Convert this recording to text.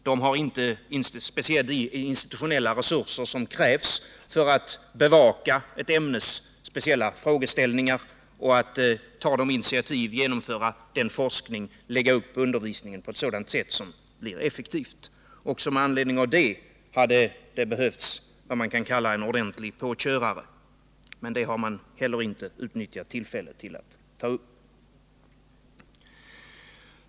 Därmed saknas de institutionella resurser som krävs för att bevaka ett ämnes speciella frågeställningar, ta initiativ och genomföra forskning samt lägga upp undervisningen på effektivt sätt. Också med anledning av detta hade det behövts vad man kan kalla en ordentlig påkörare, men det har utskottet inte utnyttjat tillfället till.